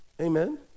Amen